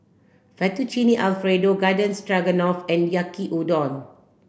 Fettuccine Alfredo Garden Stroganoff and Yaki Udon